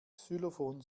xylophon